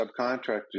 subcontractors